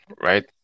right